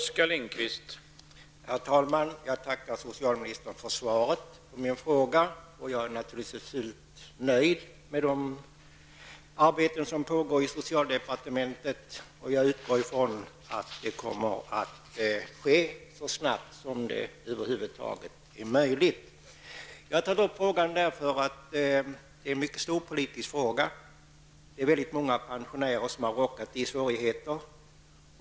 Herr talman! Jag tackar socialministern för svaret på min fråga. Jag är naturligtvis helt nöjd med de arbeten som pågår i socialdepartementet, och jag utgår ifrån att det kommer att ske något så snabbt som det över huvud taget är möjligt. Jag har tagit upp denna fråga eftersom det är en stor politisk fråga. Det är många pensionärer som har råkat i svårigheter.